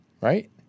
Right